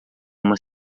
uma